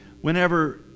whenever